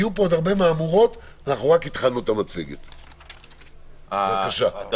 יהיו פה עוד הרבה מהמורות, רק התחלנו את המצגת.